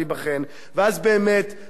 ואז באמת נבוא ונוכיח,